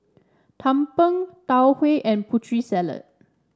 Tumpeng Tau Huay and Putri Salad